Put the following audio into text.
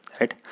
right